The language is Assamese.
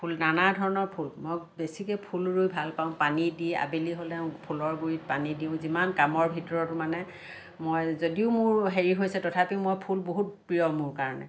ফুল নানা ধৰণৰ ফুল বেছিকে ফুল ৰুই ভাল পাওঁ পানী দি আবেলি হ'লে ফুলৰ গুড়িত পানী দিওঁ যিমান কামৰ ভিতৰতো মানে মই যদিও মোৰ হেৰি হৈছে তথাপিও মই ফুল বহুত প্ৰিয় মোৰ কাৰণে